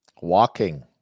walking